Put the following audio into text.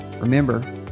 Remember